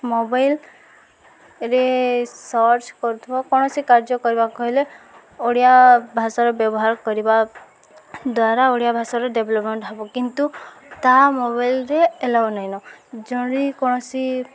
ମୋବାଇଲରେ ସର୍ଚ୍ଚ କରୁଥିବା କୌଣସି କାର୍ଯ୍ୟ କରିବାକୁ ହେଲେ ଓଡ଼ିଆ ଭାଷାର ବ୍ୟବହାର କରିବା ଦ୍ୱାରା ଓଡ଼ିଆ ଭାଷାର ଡେଭଲପମେଣ୍ଟ ହେବ କିନ୍ତୁ ତାହା ମୋବାଇଲରେ ଏଲାଉ ନାଇଁନ ଜଣି କୌଣସି